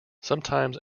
sometimes